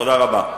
תודה רבה.